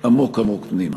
עמוק עמוק פנימה.